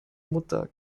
mutter